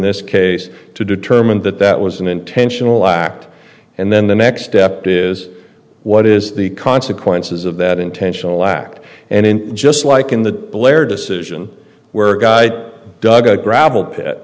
this case to determine that that was an intentional act and then the next step is what is the consequences of that intentional act and just like in the blair decision where a guy dug a gravel pit